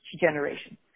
generation